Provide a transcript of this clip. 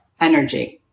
energy